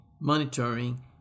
monitoring